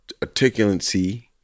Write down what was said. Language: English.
articulancy